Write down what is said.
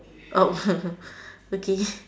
okay